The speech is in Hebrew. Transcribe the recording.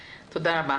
תודה.